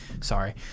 sorry